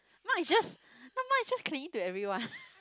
Mark is just no Mark is just clingy to everyone